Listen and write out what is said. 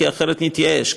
כי אחרת נתייאש,